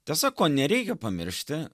tiesa ko nereikia pamiršti